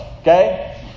Okay